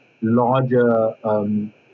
larger